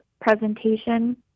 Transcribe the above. presentation